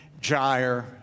gyre